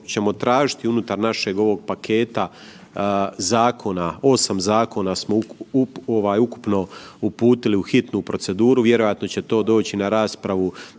ćemo tražiti unutar našeg ovog paketa zakona, 8 zakona smo ukupno uputili u hitnu proceduru, vjerojatno će to doći na raspravu